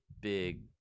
big